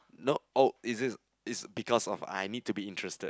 no oh is this is because of I need to be interested